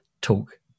talk